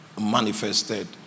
manifested